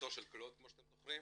אשתו של קלוד כפי שאתם זוכרים.